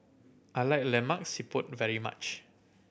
I like Lemak Siput very much